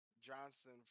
Johnson